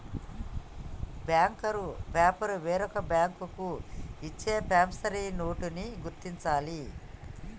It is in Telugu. బ్యాంకరు పేరు వేరొక బ్యాంకు ఇచ్చే ప్రామిసరీ నోటుని గుర్తించాలి